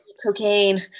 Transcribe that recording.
cocaine